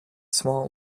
small